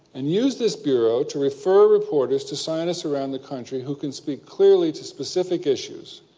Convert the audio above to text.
and use this bureau to refer reporters to scientists around the country who can speak clearly to specific issues,